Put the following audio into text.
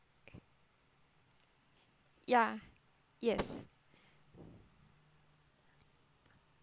ya yes